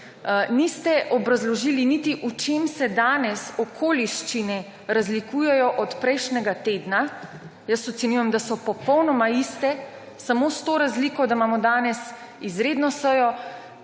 Niste obrazložili niti, v čem se danes okoliščine razlikujejo od prejšnjega tedna. Jaz ocenjujem, da so popolnoma iste, samo s to razliko, da imamo danes izredno sejo,